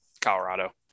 Colorado